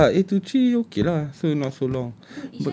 ya lah eight to three okay lah still not so long